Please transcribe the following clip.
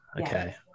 Okay